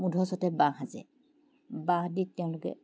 মুধচতে বাহ সাজে বাহ দি তেওঁলোকে